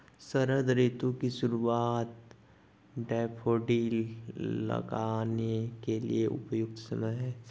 शरद ऋतु की शुरुआत डैफोडिल लगाने के लिए उपयुक्त समय है